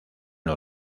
los